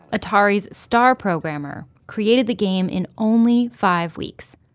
atari's star programmer, created the game in only five weeks.